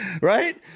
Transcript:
Right